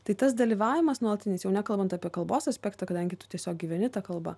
tai tas dalyvavimas nuolatinis jau nekalbant apie kalbos aspektą kadangi tu tiesiog gyveni ta kalba